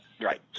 Right